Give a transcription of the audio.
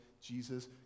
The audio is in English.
Jesus